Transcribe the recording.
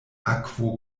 akvo